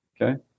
okay